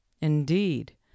indeed